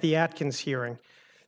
the atkins hearing